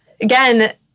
Again